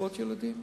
קצבאות הילדים,